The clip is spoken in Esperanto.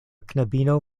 knabino